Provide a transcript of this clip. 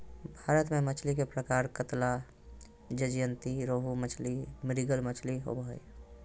भारत में मछली के प्रकार कतला, ज्जयंती रोहू मछली, मृगल मछली होबो हइ